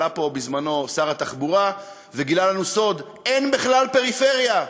עלה פה בזמנו שר התחבורה וגילה לנו סוד: אין בכלל פריפריה.